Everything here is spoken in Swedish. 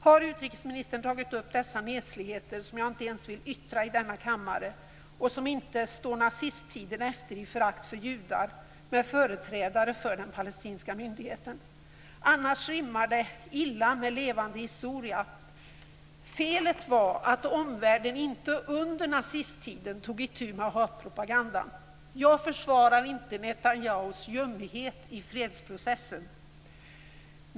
Har utrikesministern tagit upp dessa nesligheter, som jag inte ens vill yttra i denna kammare och som inte står nazisttiden efter vad gäller förakt för judar, med företrädare för den palestinska myndigheten? Annars rimmar det illa med "Levande historia". Felet var att omvärlden inte under nazisttiden tog itu med hatpropagandan. Jag försvarar inte Netanyahus ljumhet i fredsprocessen.